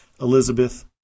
Elizabeth